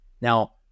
Now